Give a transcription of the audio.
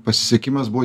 pasisekimas buvo